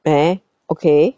eh okay